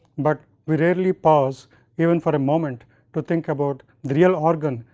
but we rarely pause even for a moment to think about the real organ,